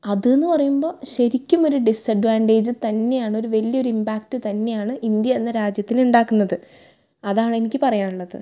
അതെന്ന് പറയുമ്പോൾ ശരിക്കും ഒര് ഡിസഡ്വാൻറ്റേജ് തന്നെയാണ് ഒരു വലിയൊരു ഇമ്പാക്ട് തന്നെയാണ് ഇന്ത്യ എന്ന രാജ്യത്തില് ഉണ്ടാക്കുന്നത് അതാണെനിക്ക് പറയാനുള്ളത്